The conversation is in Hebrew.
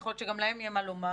יכול להיות שגם להם יהיה מה לומר